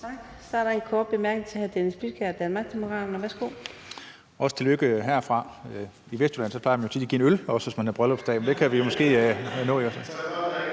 Så er der en kort bemærkning til hr. Dennis Flydtkjær, Danmarksdemokraterne. Værsgo. Kl. 14:22 Dennis Flydtkjær (DD): Også tillykke herfra. I Vestjylland plejer man jo tit at give en øl, hvis man har bryllupsdag, men det kan vi jo måske nå.